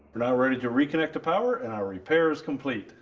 not ready to reconnect the power and our repair is complete.